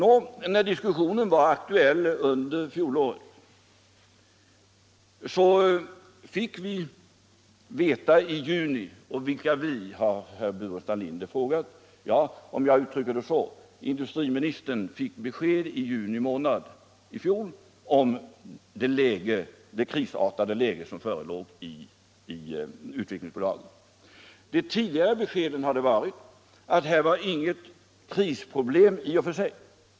Herr Burenstam Linder har frågat vilka det var som i juni månad fick kännedom om det krisartade läge som förelåg i Svenska Utvecklingsaktiebolaget. Låt mig uttrycka det så, att det var industriministern som fick beskedet. De tidigare besked som lämnats i frågan hade givit vid handen att några krisproblem i och för sig inte förelåg.